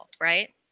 right